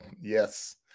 Yes